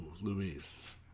Louise